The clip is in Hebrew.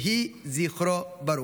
יהי זכרו ברוך.